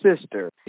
sister